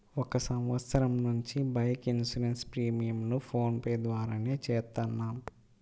ఒక సంవత్సరం నుంచి బైక్ ఇన్సూరెన్స్ ప్రీమియంను ఫోన్ పే ద్వారానే చేత్తన్నాం